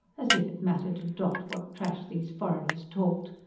as if it mattered a doit what trash these foreigners talked!